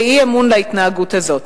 זה אי-אמון להתנהגות הזאת.